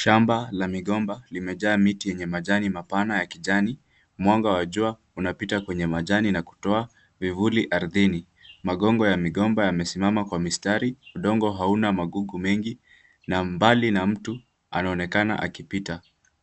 Shamba la migomba limejaa miti yenye majani mapana ya kijani. Mwanga wa jua unapita kwenye majani na kutoa vivuli ardhini. Magongo ya migomba yamesimama kwa mistari. Udongo hauna magugu mengi na mbali na mtu anaonekana akipita.